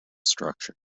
structure